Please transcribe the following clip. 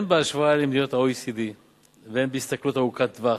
הן בהשוואה למדינות ה-OECD והן בהסתכלות ארוכת טווח,